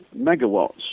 megawatts